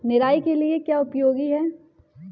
निराई के लिए क्या उपयोगी है?